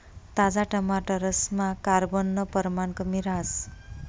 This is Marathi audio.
ताजा टमाटरसमा कार्ब नं परमाण कमी रहास